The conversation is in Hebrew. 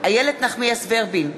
איילת נחמיאס ורבין,